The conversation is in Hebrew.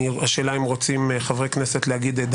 השאלה אם רוצים גם חברי כנסת להגיד,